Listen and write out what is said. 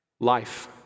Life